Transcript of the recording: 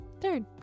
Third